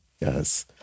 yes